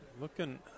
Looking